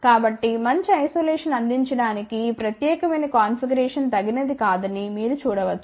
కాబట్టి మంచి ఐసోలేషన్ అందించడానికి ఈ ప్రత్యేకమైన కాన్ఫిగరేషన్ తగినది కాదని మీరు చూడవచ్చు